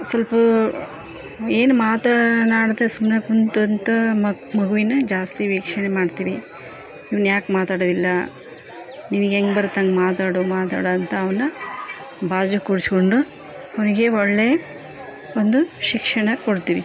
ಸ್ವಲ್ಪ ಏನು ಮಾತಾನಾಡದೇ ಸುಮ್ಮನೆ ಕುಂತಂಥ ಮಕ್ ಮಗುವಿನ ಜಾಸ್ತಿ ವೀಕ್ಷಣೆ ಮಾಡ್ತೀವಿ ಇವ್ನುಯಾಕ್ ಮಾತಾಡೋದಿಲ್ಲ ನಿನಗ್ ಹೇಗ್ ಬರುತ್ತೆ ಹಾಗ್ ಮಾತಾಡು ಮಾತಾಡು ಅಂತ ಅವನ ಬಾಜು ಕುರಿಸ್ಕೊಂಡು ಅವನಿಗೆ ಒಳ್ಳೆಯ ಒಂದು ಶಿಕ್ಷಣ ಕೊಡ್ತೀವಿ